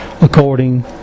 according